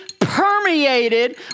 permeated